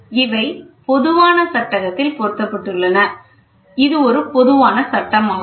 இவை பொதுவான சட்டகத்தில் பொருத்தப்பட்டுள்ளன இது ஒரு பொதுவான சட்டமாகும்